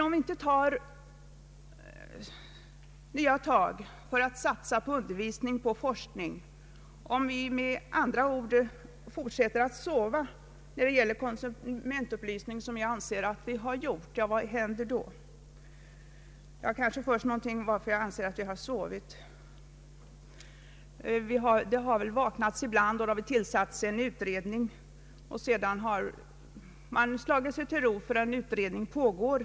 Om vi inte tar nya tag för undervisning och forskning, om vi med andra ord fortsätter att sova, vilket jag anser att vi har gjort när det gäller konsumentupplysning, vad händer då? Först kanske några ord om varför jag anser att vi har sovit. Vi har väl vaknat ibland, och det har tillsatts en utredning, men sedan har vi slagit oss till ro därför att en utredning pågår.